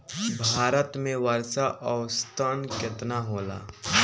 भारत में वर्षा औसतन केतना होला?